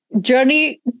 journey